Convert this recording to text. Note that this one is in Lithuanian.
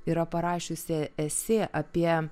yra parašiusi esė apie